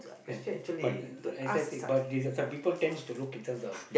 but I see I see but this some people tend to look at in terms of